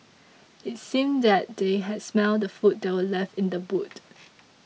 it seemed that they had smelt the food that were left in the boot